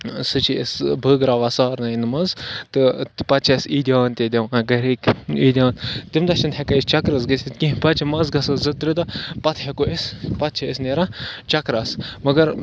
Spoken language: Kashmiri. سُہ چھِ أسۍ بٲگراوان سارنِیَن منٛز تہٕ پَتہٕ چھِ اَسہِ عیٖدیانہٕ تہِ دِوان گَرِکۍ عیٖدیان تَمہِ دۄہ چھِنہٕ ہٮ۪کان أسۍ چَکرَس گٔژھِتھ کیٚنٛہہ پَتہٕ چھِ منٛز گژھان زٕ ترٛےٚ دۄہ پَتہٕ ہٮ۪کو أسۍ پَتہٕ چھِ أسۍ نیران چَکرَس مگر